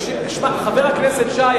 חבר הכנסת שי,